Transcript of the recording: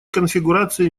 конфигурация